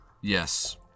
yes